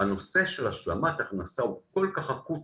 הנושא של השלמת הכנסה הוא כל כך אקוטי,